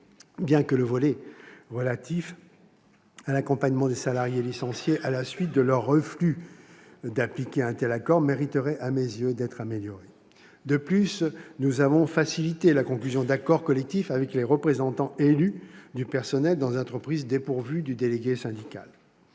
bien que le volet relatif à l'accompagnement des salariés licenciés à la suite de leur refus d'appliquer un tel accord mériterait, à mes yeux, d'être amélioré. De plus, nous avons facilité la conclusion d'accords collectifs avec les représentants élus du personnel dans les entreprises dépourvues de délégué syndical.